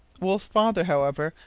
wolfe's father, however,